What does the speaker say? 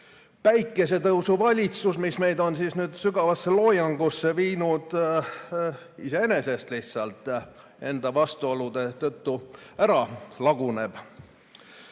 päikesetõusu valitsus, mis meid on nüüd sügavasse loojangusse viinud, lihtsalt iseenesest, enda vastuolude tõttu ära laguneb.